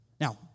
Now